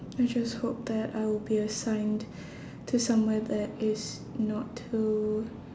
I just hope that I will be assigned to somewhere that is not too